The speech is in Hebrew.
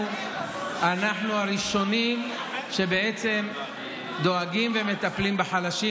אנחנו הראשונים שבעצם דואגים ומטפלים בחלשים.